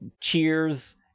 Cheers